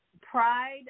pride